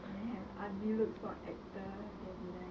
and then have ugly looks for actor they'll be like